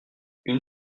une